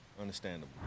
understandable